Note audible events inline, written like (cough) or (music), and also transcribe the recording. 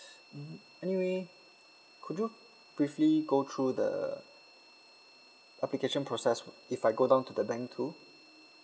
(breath) mm anyway could you briefly go through the application process if I go down to the bank too